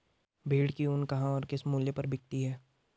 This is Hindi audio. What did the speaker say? भेड़ की ऊन कहाँ और किस मूल्य पर बिकती है?